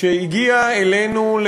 שהגיע אלינו,